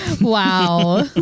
Wow